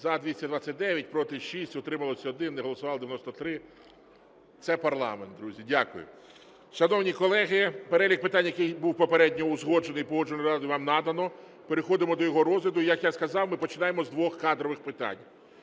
За-229 Проти – 6, утримались – 1, не голосували – 93. Це парламент, друзі. Дякую. Шановні колеги, перелік питань, який був попередньо узгоджений Погоджувальною радою, вам надано. Переходимо до його розгляду. Як я сказав, ми починаємо з двох кадрових питань.